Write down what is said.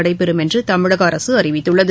நடைபெறும் என்றுதமிழகஅரசுஅறிவித்துள்ளது